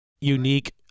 unique